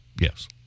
yes